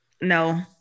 No